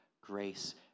grace